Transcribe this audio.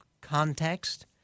context